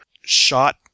shot